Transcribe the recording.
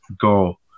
go